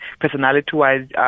personality-wise